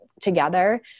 together